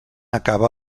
acaba